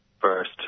first